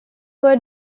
were